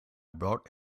brought